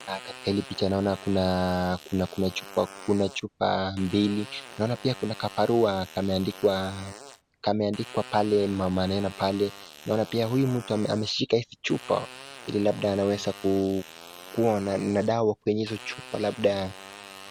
Katika hili picha naona kuna chupa mbili. Naona pia kuna kabarua kameandikwa pale maneno pale. Naona pia huyu mtu ameshika hizi chupa ili labda anaweza kua na dawa katika hizo chupa labda